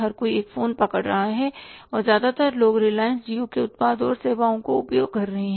हर कोई एक फोन पकड़ रहा है और ज्यादातर लोग रिलायंस जियो के उत्पादों और सेवाओं का उपयोग कर रहे हैं